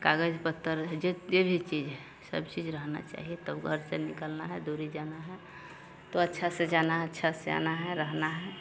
कागज़ पत्र जो जो भी चीज़ है सब चीज़ रहना चाहिए तब घर से निकलना है दूर जाना है तो अच्छे से जाना है अच्छे से आना है रहना है